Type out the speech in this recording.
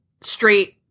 straight